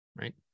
right